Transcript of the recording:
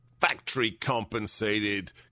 factory-compensated